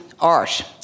art